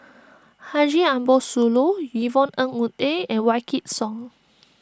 Haji Ambo Sooloh Yvonne Ng Uhde and Wykidd Song